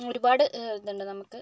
ഒരുപാട് ഇതുണ്ട് നമുക്ക്